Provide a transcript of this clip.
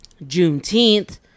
Juneteenth